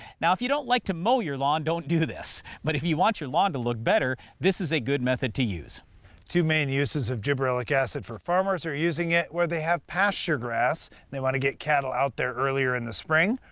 now if you don't like to mow your lawn don't do this. but if you want your lawn to look better, this is a good method to use. d two main uses of gibberellic acid for farmers are using it where they have pasture grass and they want to get cattle out there earlier in the spring,